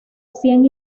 cien